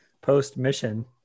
post-mission